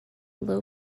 low